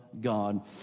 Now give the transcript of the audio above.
God